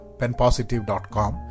penpositive.com